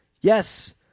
Yes